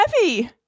heavy